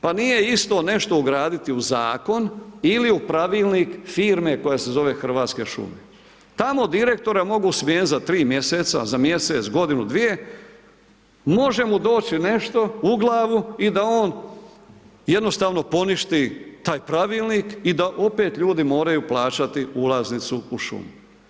Pa nije isto nešto ugraditi u zakon ili u pravilnik firme koja se zove Hrvatske šume, tamo direktora mogu smijeniti za 3 mjeseca, za mjesec, godinu, dvije, može mu doći nešto u glavu i da on jednostavno poništi taj pravilnik i da opet ljudi moraju plaćati ulaznicu u šumu.